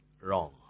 wrong